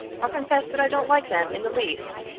i'll confess that i don't like them in the least.